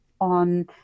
on